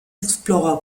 explorer